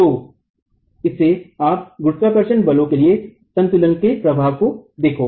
तो इसे आप गुरुत्वाकर्षण बलों के लिए संतुलन के प्रभाव को देखो